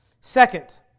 Second